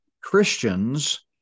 Christians